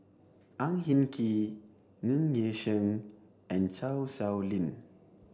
Ang Hin Kee Ng Yi Sheng and Chan Sow Lin